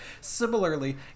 Similarly